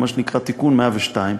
מה שנקרא תיקון 102,